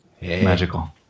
Magical